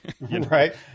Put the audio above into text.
Right